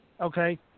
Okay